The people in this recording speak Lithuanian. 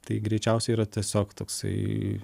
tai greičiausiai yra tiesiog toksai